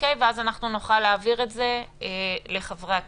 ואז נוכל להעביר את זה לחברי הכנסת.